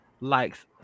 likes